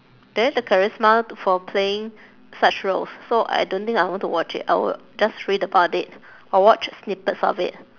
they have the charisma to for playing such roles so I don't think I want to watch it I will just read about it or watch snippets of it